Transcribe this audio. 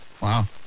Wow